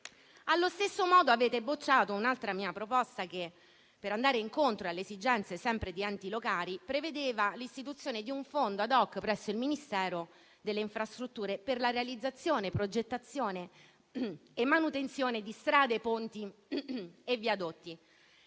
Allo stesso modo, avete bocciato un'altra mia proposta che, sempre per andare incontro alle esigenze degli enti locali, prevedeva l'istituzione di un fondo *ad hoc* presso il Ministero delle infrastrutture per la realizzazione, progettazione e manutenzione di strade, ponti e viadotti